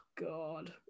God